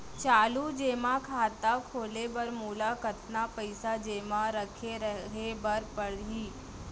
चालू जेमा खाता खोले बर मोला कतना पइसा जेमा रखे रहे बर पड़ही?